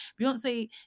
Beyonce